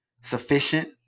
sufficient